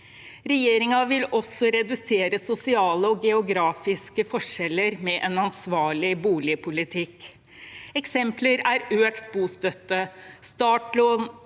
Regjeringen vil også redusere sosiale og geografiske forskjeller med en ansvarlig boligpolitikk. Eksempler er økt bostøtte, startlån